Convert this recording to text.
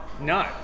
No